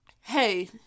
hey